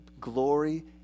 glory